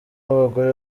abagore